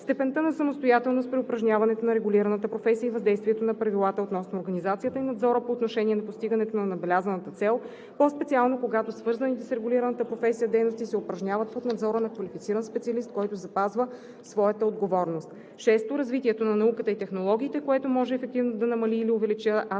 степента на самостоятелност при упражняването на регулираната професия и въздействието на правилата относно организацията и надзора по отношение на постигането на набелязаната цел, по-специално когато свързаните с регулираната професия дейности се упражняват под надзора на квалифициран специалист, който запазва своята отговорност; 6. развитието на науката и технологиите, което може ефективно да намали или увеличи асиметрията